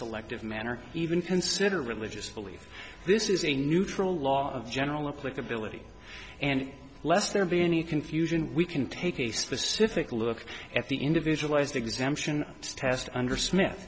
selective manner even consider religious belief this is a neutral law of general public ability and lest there be any confusion we can take a specific look at the individualized exemption test under smith